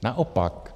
Naopak.